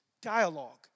Dialogue